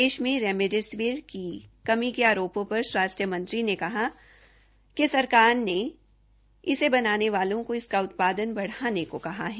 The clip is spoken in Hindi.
देश में रेमडेसिविर की कमी के आरोपों पर स्वास्थ्रू मंत्री ने कहा कि सरकार ने रेमडेसिविर बनाने वालों को इसका उत्पादन बढ़ाने को कहा है